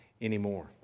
anymore